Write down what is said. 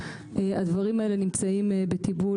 הדברים האלה נמצאים בטיפול.